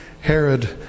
Herod